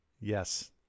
Yes